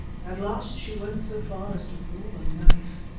at last she went so far as to draw the knife.